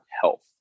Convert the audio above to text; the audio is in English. health